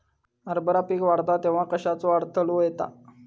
हरभरा पीक वाढता तेव्हा कश्याचो अडथलो येता?